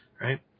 Right